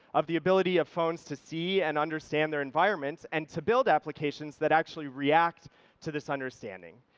of the ability of phones to see and understand their environments and to build applications that actually react to this understanding.